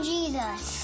Jesus